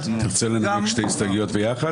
--- אתה רוצה לממש את ההסתייגויות ביחד?